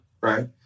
right